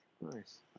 Nice